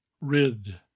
Rid